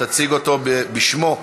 תציג אותו, בשמו,